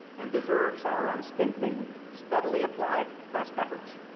and deserves our unstinting, steadily applied best efforts,